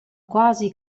quasi